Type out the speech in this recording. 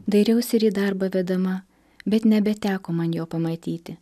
dairiausi ir į darbą vedama bet nebeteko man jo pamatyti